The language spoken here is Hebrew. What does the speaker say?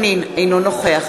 אתו.